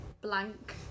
blank